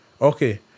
Okay